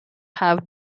have